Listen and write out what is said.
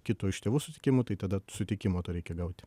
kito iš tėvų sutikimu tai tada sutikimo tą reikia gauti